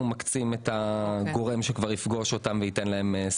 מקצים את הגורם שיפגוש אותם וייתן להם סיוע.